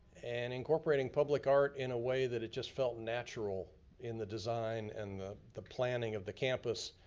and incorporating public art in a way that it just felt natural in the design and the the planning of the campus,